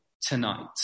tonight